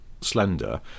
slender